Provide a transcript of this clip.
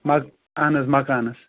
مَہ اہن حظ مکانَس